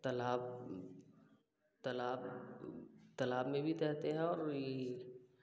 तालाब तालाब तालाब में भी तैरते हैं और ई